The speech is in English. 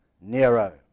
Nero